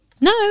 No